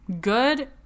good